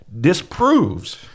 disproves